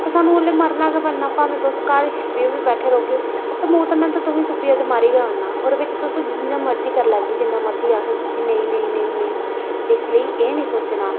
ते सानूं उसलै मरना गै मरना भामें तुस घर छप्पियै बी बैठे रौह्गे ते मौत ने ते तुसेंगी तुप्पियै मारी गै ओड़ना ओह्दे बिच्च तुस जियां मर्जी करी लैगे जिन्ना मर्जी आखगे कि नेईं नेईं नेईं नेईं इसलेई एह् निं सोचना